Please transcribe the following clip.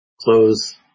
close